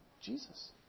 Jesus